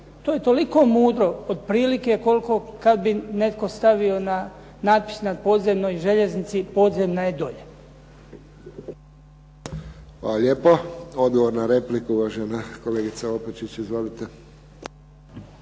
To je toliko mudro otprilike koliko kad bi netko stavio natpis na podzemnoj željeznici "Podzemna je dolje!". **Friščić, Josip (HSS)** Hvala lijepo. Odgovor na repliku uvažena kolegica Opačić. Izvolite.